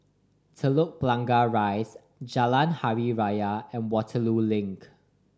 Telok Blangah Rise Jalan Hari Raya and Waterloo Link